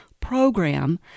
program